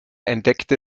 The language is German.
entdeckte